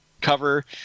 cover